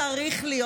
לא צריך להיות,